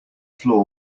floor